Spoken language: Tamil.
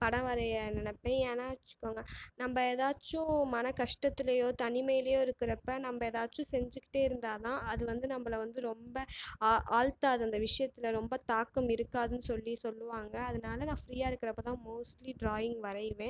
படம் வரைய நினப்பேன் ஏன்னால் வச்சுக்கோங்க நம்ம ஏதாச்சும் மன கஷ்டத்துலேயோ தனிமையிலேயோ இருக்கிறப்ப நம்ம ஏதாச்சும் செஞ்சுகிட்டே இருந்தால் தான் அது வந்து நம்மள வந்து ரொம்ப ஆழ்த்தாது அந்த விஷயத்தில் ரொம்ப தாக்கம் இருக்காதுன்னு சொல்லி சொல்லுவாங்கள் அதனால் நான் ஃபிரீயாக இருக்கிறப்ப தான் மோஸ்ட்லி ட்ராயிங் வரையிவேன்